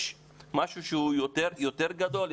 יש משהו שהוא יותר גדול?